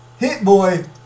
Hitboy